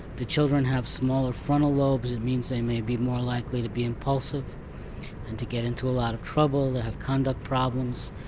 the children have smaller frontal lobes, it means they may be more likely to be impulsive and to get into a lot of trouble. they have conduct problems,